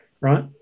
right